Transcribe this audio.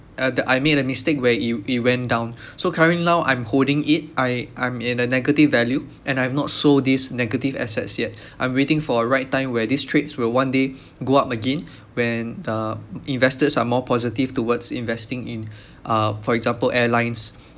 uh the I made a mistake where it it went down so currently now I'm holding it I I'm in a negative value and I've not sold these negative assets yet I'm waiting for a right time where these trades will one day go up again when the investors are more positive towards investing in uh for example airlines